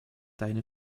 deine